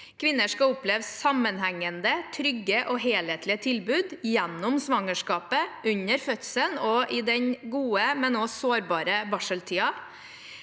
Kvinner skal oppleve sammenhengende, trygge og helhetlige tilbud gjennom svangerskapet, under fødselen og i den gode, men sårbare barseltiden.